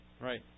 Right